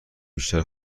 بیشتر